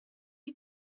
you